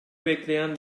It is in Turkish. bekleyen